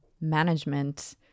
management